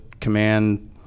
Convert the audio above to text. command